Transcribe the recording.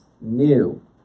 new